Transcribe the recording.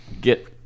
get